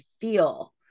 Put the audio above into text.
feel